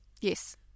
Yes